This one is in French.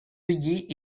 œillets